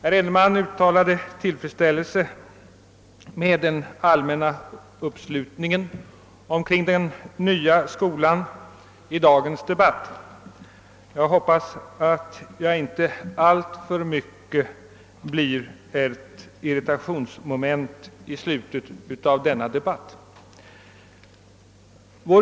Herr Edenman uttalade tillfredsställelse över den allmänna uppslutningen kring den nya skolan i dagens debatt. Jag hoppas att vad jag nu skall säga inte alltför mycket blir ett irritationsmoment i slutet av denna debatt.